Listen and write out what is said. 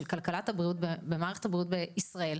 של כלכלת הבריאות ומערכת הבריאות בישראל,